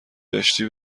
داشتی